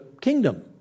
kingdom